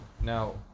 Now